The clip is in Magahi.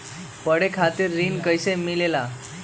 पढे खातीर ऋण कईसे मिले ला?